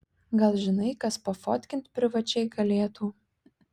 gal žinai kas pafotkint privačiai galėtų